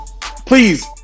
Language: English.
please